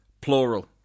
Plural